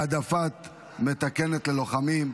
העדפה מתקנת ללוחמים),